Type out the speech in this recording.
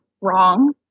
wrong